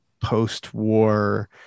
post-war